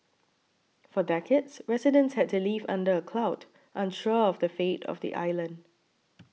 for decades residents had to live under a cloud unsure of the fate of the island